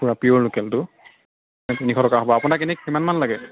পিয়'ৰ লোকেলটো তিনিশ টকা হ'ব আপোনাক এনে কিমান মান লাগে